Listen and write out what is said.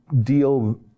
deal